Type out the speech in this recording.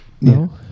no